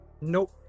Nope